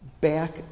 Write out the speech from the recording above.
back